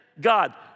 God